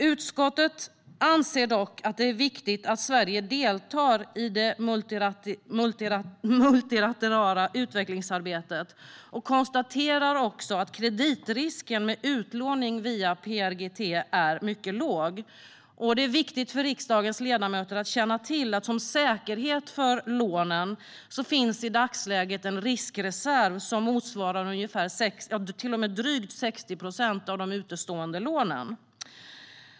Utskottet anser dock att det är viktigt att Sverige deltar i det multilaterala utvecklingsarbetet och konstaterar också att kreditrisken med utlåning via PRGT är mycket låg. Det är viktigt för riksdagens ledamöter att känna till att som säkerhet för lånen finns i dagsläget en riskreserv som motsvarar drygt 60 procent av de utestående lånen.